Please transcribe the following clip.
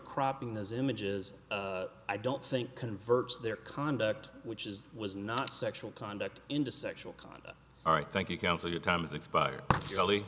cropping those images i don't think converts their conduct which is was not sexual conduct into sexual conduct all right thank you counsel your time has expire